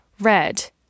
red